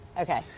Okay